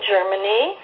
Germany